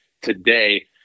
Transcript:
today